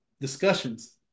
discussions